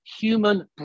human